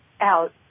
out